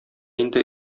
инде